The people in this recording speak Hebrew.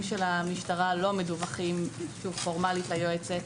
של המשטרה לא מדווחים פורמלית ליועצת.